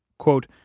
quote,